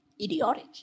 idiotic